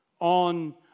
on